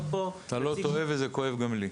אתה לא טועה, וזה כואב גם לי.